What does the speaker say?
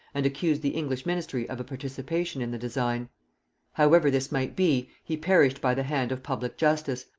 and accused the english ministry of a participation in the design however this might be, he perished by the hand of public justice,